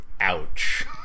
ouch